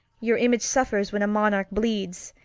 your image suffers when a monarch bleeds.